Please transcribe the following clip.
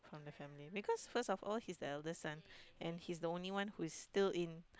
from the family because first of all he's the eldest son and he's the only one who is still in